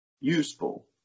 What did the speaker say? useful